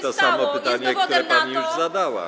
to samo pytanie, które pani już zadała.